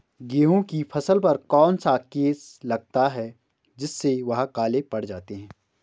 गेहूँ की फसल पर कौन सा केस लगता है जिससे वह काले पड़ जाते हैं?